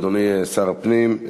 אדוני שר הפנים,